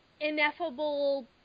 ineffable